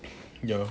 ya